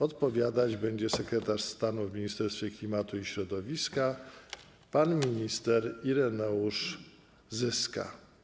Odpowiadać na nie będzie sekretarz stanu w Ministerstwie Klimatu i Środowiska pan minister Ireneusz Zyska.